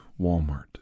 Walmart